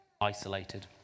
isolated